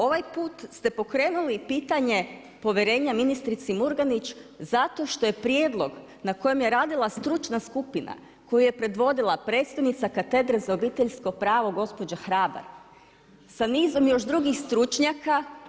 Ovaj put ste pokrenuli pitanje povjerenja ministrici Murganić zato što je prijedlog na kojem je radila stručna skupina koju je predvodila predstojnica katedre za obiteljsko pravo gospođa Hrabar, sa nizom još drugih stručnjaka.